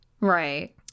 Right